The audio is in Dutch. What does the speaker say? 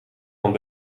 van